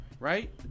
Right